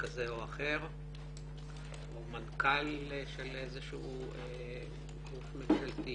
כזה או אחר או מנכ"ל של איזה שהוא גוף ממשלתי